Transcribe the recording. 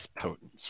potent